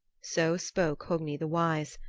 so spoke hogni the wise,